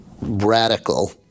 radical